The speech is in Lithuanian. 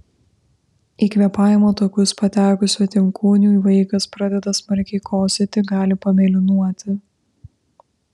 į kvėpavimo takus patekus svetimkūniui vaikas pradeda smarkiai kosėti gali pamėlynuoti